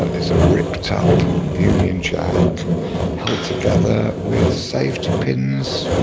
ah, it's a ripped up union jack held together with safety pins!